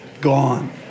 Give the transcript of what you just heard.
gone